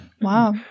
Wow